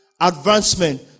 advancement